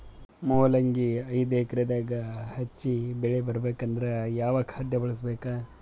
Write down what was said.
ಮೊಲಂಗಿ ಐದು ಎಕರೆ ದಾಗ ಹೆಚ್ಚ ಬೆಳಿ ಬರಬೇಕು ಅಂದರ ಯಾವ ಖಾದ್ಯ ಬಳಸಬೇಕು?